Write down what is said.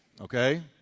Okay